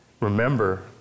Remember